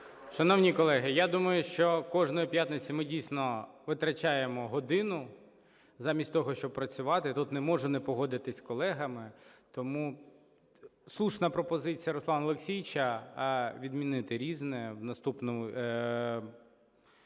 Шановні колеги, я думаю, що кожної п'ятниці ми, дійсно, витрачаємо годину замість того, щоб працювати, тут не можу не погодитися з колегами. Тому слушна пропозиція Руслана Олексійович відмінити "Різне" в форматі,